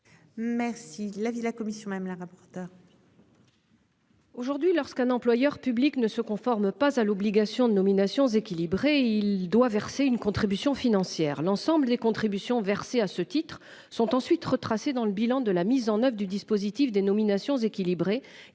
Merci. L'avis de la commission, même la rapporteure.